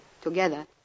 together